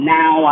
now